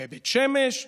בבית שמש,